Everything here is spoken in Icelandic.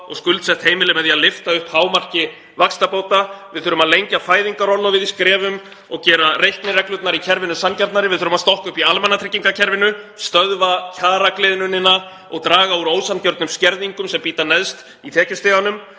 og skuldsett heimili með því að lyfta upp hámarki vaxtabóta. Við þurfum að lengja fæðingarorlofið í skrefum og gera reiknireglurnar í kerfinu sanngjarnari. Við þurfum að stokka upp í almannatryggingakerfinu, stöðva kjaragliðnunina og draga úr ósanngjörnum skerðingum sem bíta neðst í tekjustiganum.